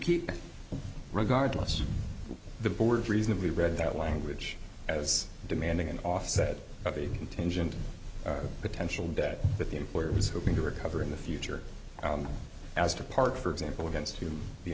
keep regardless of the board reasonably read that language as demanding an offset of a contingent of potential debt that the employer was hoping to recover in the future as to part for example against whom the